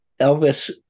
Elvis